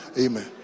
Amen